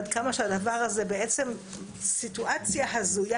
עד כמה שהדבר הזה הוא סיטואציה הזויה,